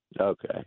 Okay